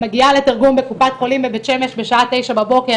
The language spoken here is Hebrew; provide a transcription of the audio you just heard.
מגיעה לתרגום בקופת חולים בבית שמש בתשע בבוקר.